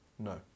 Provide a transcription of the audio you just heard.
No